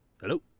Hello